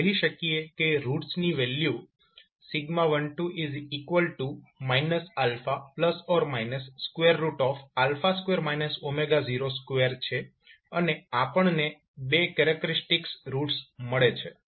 આપણે કહી શકીએ કે રૂટ્સની વેલ્યુ 12 2 02 છે અને આપણને બે કેરેક્ટરીસ્ટિક્સ રૂટ્સ મળે છે